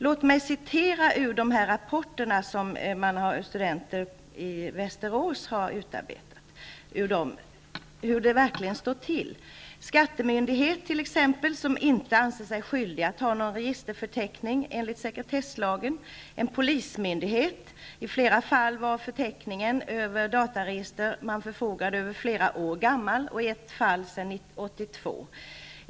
Låt mig återge några uppgifter ur rapporten som studenter i Västerås har utarbetat om hur det verkligen står till. En skattemyndighet anser sig t.ex. inte skyldig att ha någon registerförteckning enligt sekretesslagen. Hos polismyndigheter var i flera fall förteckningen över dataregister som man förfogade över flera år gammal, i ett fall sedan 1992.